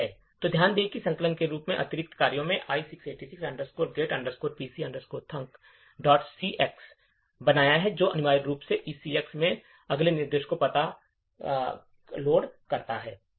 तो ध्यान दें कि संकलक ने इन अतिरिक्त कार्यों को i686 get pc thunkcx बनाया है जो अनिवार्य रूप से ECX में अगले निर्देश के पते को लोड करता है